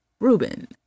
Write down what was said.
Reuben